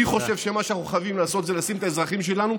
אני חושב שמה שאנחנו חייבים לעשות זה לשים את האזרחים שלנו,